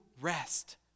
rest